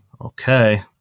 Okay